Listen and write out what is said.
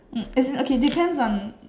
um as it okay depends on